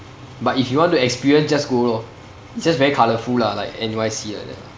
but if you want to experience just go lor it's just very colorful lah like N_Y_C like that